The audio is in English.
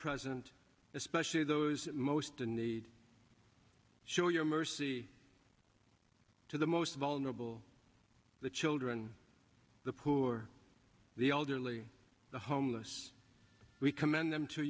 present especially those most in need show your mercy to the most vulnerable the children the poor the elderly the homeless we commend them to